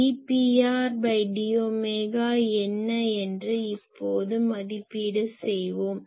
dPrdஒமேகா என்ன என்று இப்போது மதிப்பீடு செய்வோம்